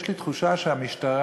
יש לי תחושה שהמשטרה,